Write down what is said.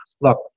look